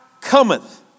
cometh